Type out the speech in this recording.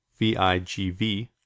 VIGV